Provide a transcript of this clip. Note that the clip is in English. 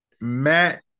Matt